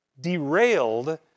derailed